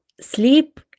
sleep